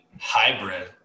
hybrid